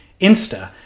Insta